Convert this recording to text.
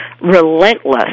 relentless